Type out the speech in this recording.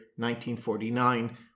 1949